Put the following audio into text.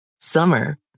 Summer